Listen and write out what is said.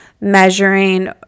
measuring